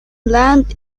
land